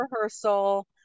rehearsal